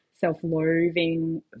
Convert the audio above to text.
self-loathing